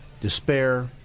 despair